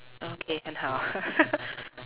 okay 很好